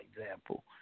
example